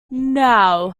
now